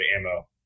ammo